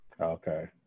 Okay